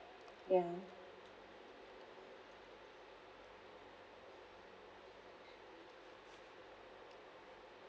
ya